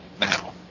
now